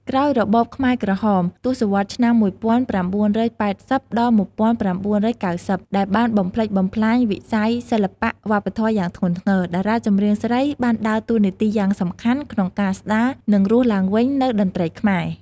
ក្រោយរបបខ្មែរក្រហម ទសវត្សរ៍ឆ្នាំ ១៩៨០ ដល់១៩៩០ ដែលបានបំផ្លិចបំផ្លាញវិស័យសិល្បៈវប្បធម៌យ៉ាងធ្ងន់ធ្ងរ តារាចម្រៀងស្រីបានដើរតួនាទីយ៉ាងសំខាន់ក្នុងការស្ដារ និងរស់ឡើងវិញនូវតន្ត្រីខ្មែរ។